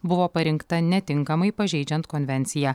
buvo parinkta netinkamai pažeidžiant konvenciją